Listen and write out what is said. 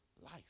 life